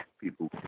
People